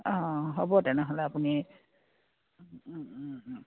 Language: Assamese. অঁ হ'ব তেনেহ'লে আপুনি